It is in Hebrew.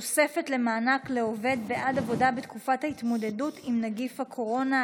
(תוספת למענק לעובד בעד עבודה בתקופת ההתמודדות עם נגיף הקורונה),